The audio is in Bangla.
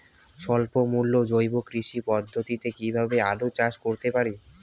স্বল্প মূল্যে জৈব কৃষি পদ্ধতিতে কীভাবে আলুর চাষ করতে পারি?